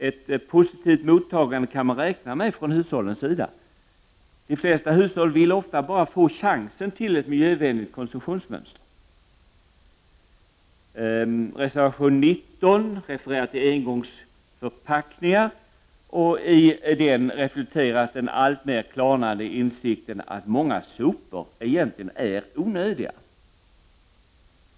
Ett positivt mottagande kan man räkna med från hushållens sida. De flesta hushåll vill ofta bara få chansen till ett miljövänligt konsumtionsmönster. Reservation 19 refererar till engångsförpackningar, och i den reflekteras den alltmer klarnande insikten att många sopor egentligen är onödiga.